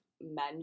men